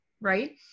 right